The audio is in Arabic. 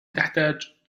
تحتاج